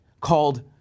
called